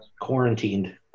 quarantined